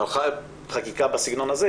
חקיקה בסגנון הזה,